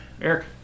Eric